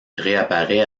réapparaît